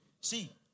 See